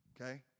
okay